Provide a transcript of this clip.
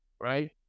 right